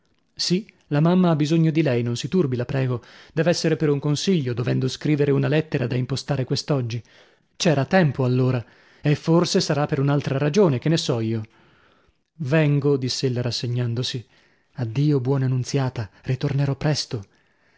sì la mamma ha bisogno di lei non si turbi la prego dev'essere per un consiglio dovendo scrivere una lettera da impostare quest'oggi c'era tempo allora e forse sarà per un'altra ragione che ne so io vengo diss'ella rassegnandosi addio buona nunziata ritornerò presto